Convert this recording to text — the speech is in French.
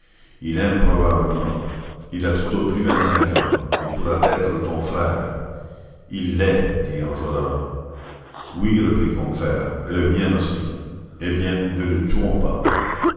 il aime probablement il a tout au plus vingt-cinq ans il pourrait être ton frère il l'est dit enjolras oui reprit combeferre et le mien aussi eh bien ne le tuons pas